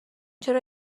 چرا